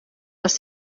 les